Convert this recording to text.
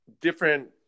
different